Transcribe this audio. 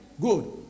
Good